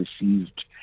received